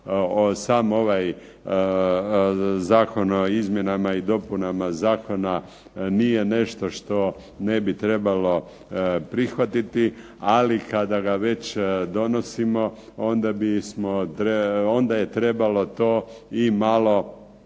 sam ovaj Zakon o izmjenama i dopunama Zakona nije nešto što ne bi trebao prihvatiti, ali kada ga već donosimo onda bismo, onda je trebalo to i malo